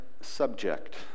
subject